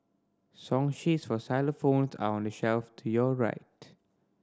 song sheets for xylophones are on the shelf to your right